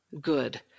Good